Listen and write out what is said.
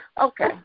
okay